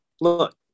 look